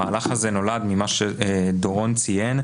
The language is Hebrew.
המהלך הזה נולד ממה שדורון ציין,